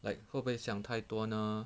like 会不会想太多呢